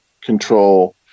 control